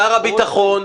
שר הביטחון,